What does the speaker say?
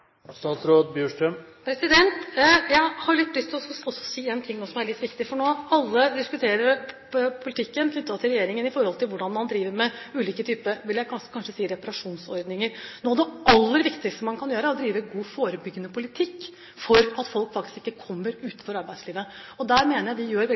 Jeg har litt lyst til å si en ting nå som er litt viktig, for alle diskuterer nå regjeringens politikk knyttet til hvordan man driver med – jeg vil kanskje si – ulike typer reparasjonsordninger. Noe av det aller viktigste man kan gjøre, er å drive god forebyggende politikk for at folk ikke havner utenfor arbeidslivet. Der mener jeg vi gjør